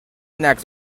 next